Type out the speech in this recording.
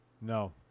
No